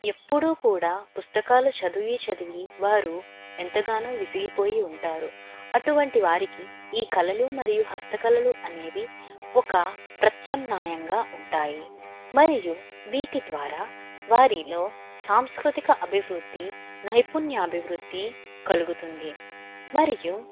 ఎప్పుడూ కూడా పుస్తకాలు చదివి చదివి వారు ఎంతగానో విసిగిపోయి ఉంటారు అటువంటి వారికి ఈ కళలు మరియు హస్త కళలు అనేవి ఒక ప్రత్యం నాయంగా ఉంటాయి మరియు వీటి ద్వారా వారిలో సాంస్కృతిక అభివృద్ధి నైపుణ్య అభివృద్ధి కలుగుతుంది మరియు